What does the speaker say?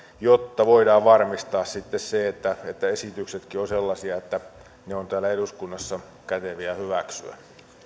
jotta voidaan varmistaa sitten se että että esityksetkin ovat sellaisia että ne ovat täällä eduskunnassa käteviä hyväksyä